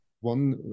one